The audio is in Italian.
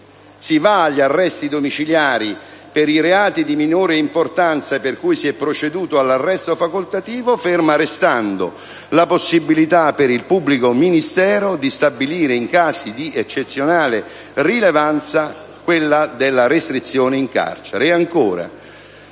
agli arresti domiciliari per i reati di minore importanza per cui si è proceduto all'arresto facoltativo, ferma restando la possibilità per il pubblico ministero di stabilire in casi di eccezionale rilevanza la restrizione in carcere.